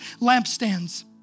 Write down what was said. lampstands